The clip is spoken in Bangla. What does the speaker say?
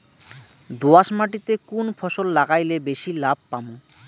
দোয়াস মাটিতে কুন ফসল লাগাইলে বেশি লাভ পামু?